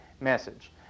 message